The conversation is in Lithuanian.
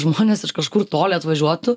žmonės iš kažkur toli atvažiuotų